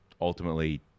ultimately